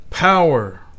Power